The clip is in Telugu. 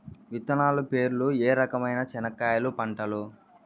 విత్తనాలు పేర్లు ఏ రకమైన చెనక్కాయలు పంటలు?